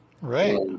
Right